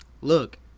Look